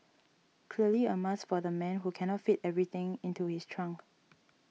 clearly a must for the man who cannot fit everything into his trunk